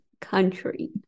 country